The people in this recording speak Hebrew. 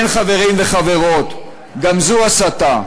כן, חברים וחברות, גם זו הסתה.